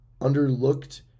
underlooked